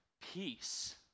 peace